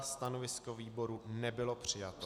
Stanovisko výboru nebylo přijato.